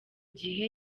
gihe